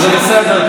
וזה בסדר,